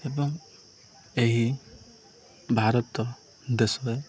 ଏବଂ ଏହି ଭାରତ ଦେଶ